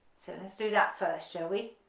so let's do that first shall we,